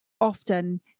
often